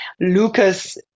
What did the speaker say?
Lucas